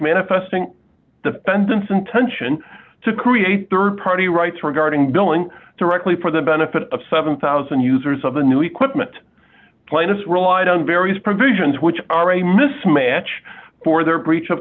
manifesting the pendants intention to create rd party rights regarding billing directly for the benefit of seven thousand users of the new equipment plainness relied on various provisions which are a mismatch for their breach of